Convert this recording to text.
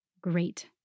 Great